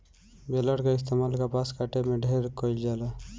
baler कअ इस्तेमाल कपास काटे में ढेर कइल जाला